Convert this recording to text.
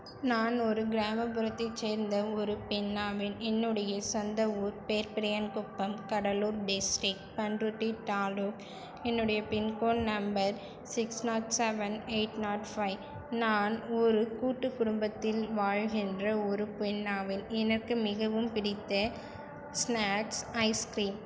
நான் ஒரு கிராமப்புறத்தை சேர்ந்த ஒரு பெண்ணாவேன் என்னுடைய சொந்த ஊர் பேர்பெரியான் குப்பம் கடலூர் டிஸ்டிக் பண்ரூட்டி தாலுக் என்னுடைய pincode number six nought seven eight nought five நான் ஒரு கூட்டு குடும்பத்தில் வாழ்கின்ற ஒரு பெண்ணாவேன் எனக்கு மிகவும் பிடித்த ஸ்நாக்ஸ் ஐஸ்க்ரீம்